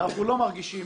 ואנחנו לא מרגישים